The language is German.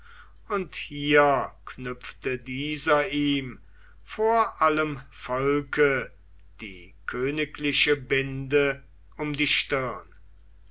und hier knüpfte dieser ihm vor allem volke die königliche binde um die stirn